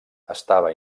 estava